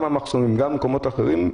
גם במחסומים וגם במקומות אחרים,